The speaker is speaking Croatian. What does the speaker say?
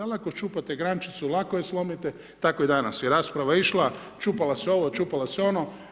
Ali, ako čupate grančici, lako je slomite, tako i danas je rasprava išla, čupala se ovo, čupala se ono.